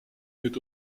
met